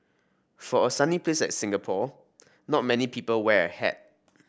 for a sunny place like Singapore not many people wear a hat